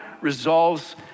resolves